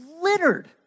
littered